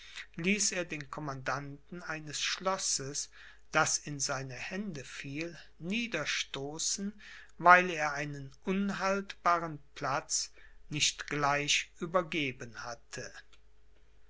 ließ er den commandanten eines schlosses das in seine hände fiel niederstoßen weil er einen unhaltbaren platz nicht gleich übergeben hatte